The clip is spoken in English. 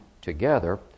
Together